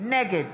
נגד